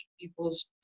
people's